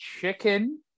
chicken